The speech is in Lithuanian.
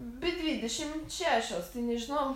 bet dvidešimt šešios tai nežinau